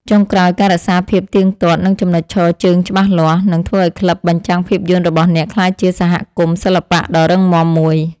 ចុងក្រោយ ការរក្សាភាពទៀងទាត់ និងចំណុចឈរជើងច្បាស់លាស់ នឹងធ្វើឱ្យក្លឹបបញ្ចាំងភាពយន្តរបស់អ្នកក្លាយជាសហគមន៍សិល្បៈដ៏រឹងមាំមួយ។